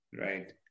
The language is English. Right